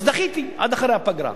אז דחיתי עד אחרי הפגרה.